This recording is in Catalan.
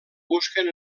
busquen